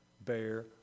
bear